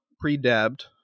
pre-dabbed